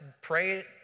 pray